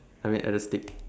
I mean at the stick